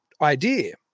idea